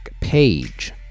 Page